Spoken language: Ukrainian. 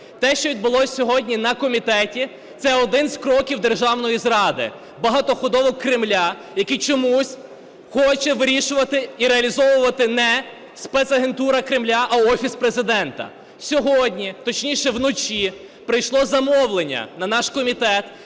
Те, що відбулося сьогодні на комітеті, – це один із кроків державної зради, багатоходовок Кремля, які чомусь хоче вирішувати і реалізовувати не спецагентура Кремля, а Офіс Президента. Сьогодні, точніше, вночі прийшло замовлення на наш комітет